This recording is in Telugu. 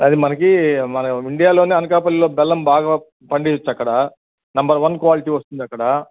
అది మనకి మన ఇండియాలో అనకాపల్లిలో బెల్లం బాగా పండించవచ్చు అక్కడ నెంబర్ వన్ క్వాలిటీ వస్తుంది అక్కడ